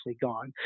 gone